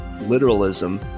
literalism